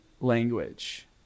language